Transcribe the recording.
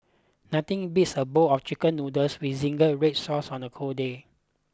nothing beats a bowl of chicken noodles with zingy red sauce on a cold day